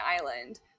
Island